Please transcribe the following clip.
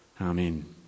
Amen